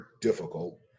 difficult